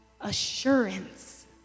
assurance